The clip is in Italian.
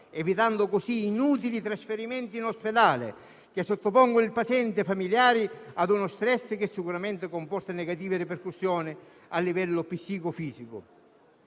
evitando così inutili trasferimenti in ospedale, che sottopongono il paziente e i familiari ad uno *stress*, che sicuramente comporta negative ripercussioni a livello psicofisico.